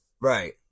Right